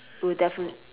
will definitely